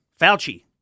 Fauci